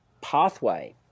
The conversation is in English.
pathway